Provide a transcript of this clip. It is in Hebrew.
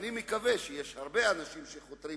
ואני מקווה שיש הרבה אנשים שחותרים